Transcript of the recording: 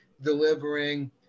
delivering